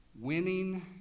winning